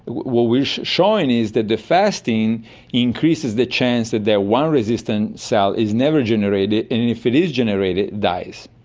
what we're showing is that the fasting increases the chance that that one resistant sale is never generated, and if it is generated, it dies.